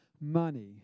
money